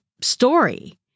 story